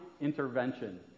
intervention